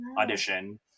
audition